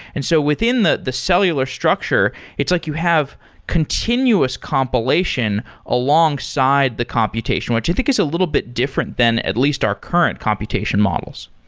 and so within the the cellular structure, it's like you have continuous compilation alongside the computation, which i think is a little bit different than at least our current computation models.